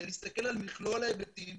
זה להסתכל על מכלול ההיבטים.